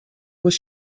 was